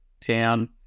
town